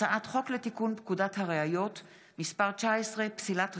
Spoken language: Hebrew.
הצעת חוק לתיקון פקודת הראיות (מס' 19) (פסילת ראיה),